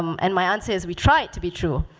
um and my answer, is we tried to be true.